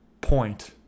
point